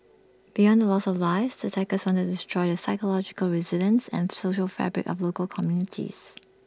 beyond the loss of lives the attackers wanted to destroy the psychological resilience and social fabric of local communities